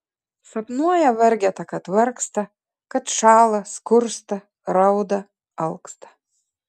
sapnuoja vargeta kad vargsta kad šąla skursta rauda alksta